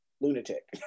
lunatic